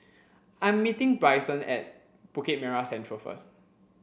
I'm meeting Brycen at Bukit Merah Central first